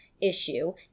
issue